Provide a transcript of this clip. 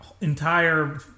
entire